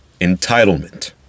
entitlement